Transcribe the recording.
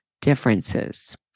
differences